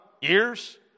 years